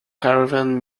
caravan